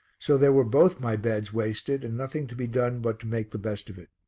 so there were both my beds wasted and nothing to be done but to make the best of it.